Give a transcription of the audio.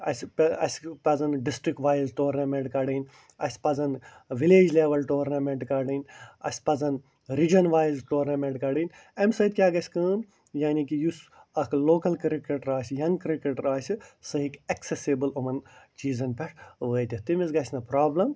اسہِ اسہِ پزَن ڈِسٹِرٛک وایز ٹورنامیٚنٛٹ کَڑٕنۍ اسہِ پزَن وِلیج لیٚول ٹورنامیٚنٛٹ کَڑٕنۍ اسہِ پَزن رِجن وایز ٹورنامیٚنٛٹ کَڑٕنۍ اَمہِ سۭتۍ کیٛاہ گَژھہِ کٲم یعنی کہِ یُس اَکھ لوکل کِرکٹر آسہِ ینٛگ کِرکٹر آسہِ سُہ ہیٚکہِ ایٚکسیٚسیٚبٕل یِمن چیٖزَن پٮ۪ٹھ وٲتِتھ تٔمِس گَژھہِ نہٕ پرٛابلٕم